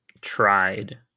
tried